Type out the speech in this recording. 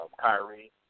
Kyrie